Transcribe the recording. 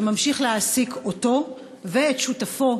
אתה ממשיך להעסיק אותו ואת שותפו,